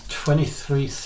twenty-three